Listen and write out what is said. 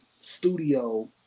studio